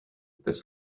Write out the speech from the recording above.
this